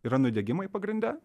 yra nudegimai pagrinde